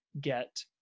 get